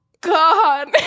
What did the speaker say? God